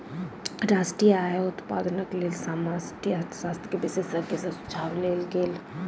राष्ट्रीय आय आ उत्पादनक लेल समष्टि अर्थशास्त्र के विशेषज्ञ सॅ सुझाव लेल गेल